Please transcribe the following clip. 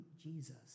Jesus